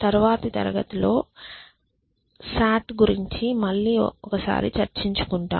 తరువాతి తరగతిలో TSP గురించి మళ్ళీ ఒకసారి చర్చింకుంటాం